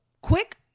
quick